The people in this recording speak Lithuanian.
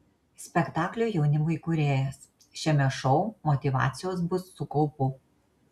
spektaklio jaunimui kūrėjas šiame šou motyvacijos bus su kaupu